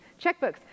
checkbooks